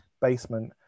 basement